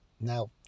Now